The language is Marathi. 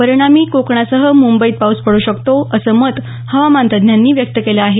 परिणामी कोकणासह मुंबईत पाऊस पडू शकतो असं मत हवामान तज्ज्ञांनी व्यक्त केलं आहे